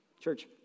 Church